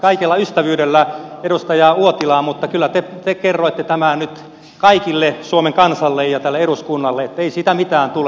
kaikella ystävyydellä edustaja uotila mutta kyllä te kerroitte tämän nyt kaikille suomen kansalle ja tälle eduskunnalle että ei siitä mitään tule